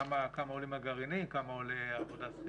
כמה עולים הגרעינים וכמה עולה העבודה,